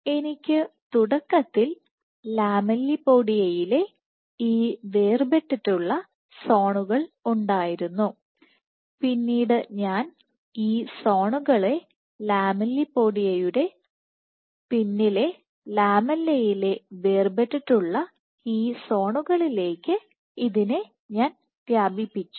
എനിക്ക് തുടക്കത്തിൽ ലാമെല്ലിപോഡിയയിലെ ഈ വേർപ്പെട്ടിട്ടുള്ള സോണുകൾ ഉണ്ടായിരുന്നു പിന്നീട് ഞാൻ ഈ സോണുകളെ ലാമെല്ലോപോഡിയയുടെ പിന്നിലെ ലാമെല്ലയിലെ വേർപ്പെട്ടിട്ടുള്ള ഈ സോണുകളിലേക്ക് ഇതിനെ ഞാൻ വ്യാപിപ്പിച്ചു